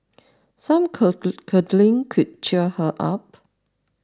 some cuddling could cheer her up